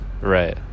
Right